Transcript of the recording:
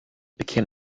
became